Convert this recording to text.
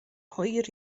hwyr